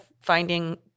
finding